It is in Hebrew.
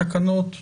את התקנות נשמע,